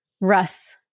Russ